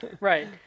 Right